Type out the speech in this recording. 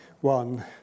one